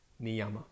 niyama